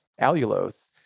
allulose